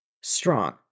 strong